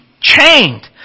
chained